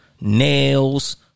nails